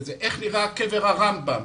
איך נראה קבר הרמב"ם,